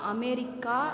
America